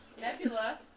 Nebula